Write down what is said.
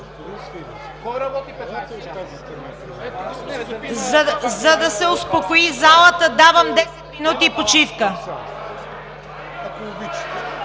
За да се успокои залата, давам 10 минути почивка.